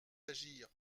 d’agir